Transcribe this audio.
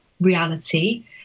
reality